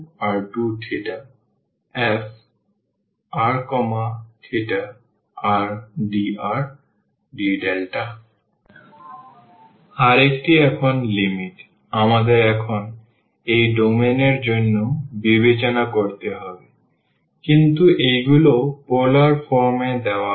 আরেকটি এখন লিমিট আমাদের এখন এই ডোমেইন এর জন্য বিবেচনা করতে হবে কিন্তু এগুলো পোলার ফর্ম এ দেওয়া হয়